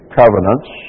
covenants